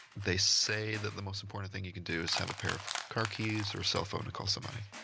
they say that the most important thing you can do is have a pair of car keys or cell phone to call somebody.